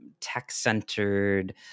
tech-centered